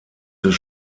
des